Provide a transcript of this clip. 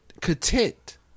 content